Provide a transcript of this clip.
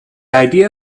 idea